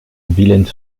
villennes